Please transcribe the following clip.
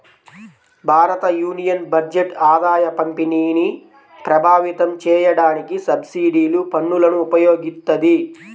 భారతయూనియన్ బడ్జెట్ ఆదాయపంపిణీని ప్రభావితం చేయడానికి సబ్సిడీలు, పన్నులను ఉపయోగిత్తది